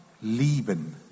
lieben